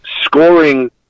scoring